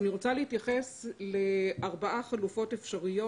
אני רוצה להתייחס לארבעה חלופות אפשריות